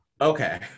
Okay